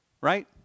Right